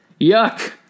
yuck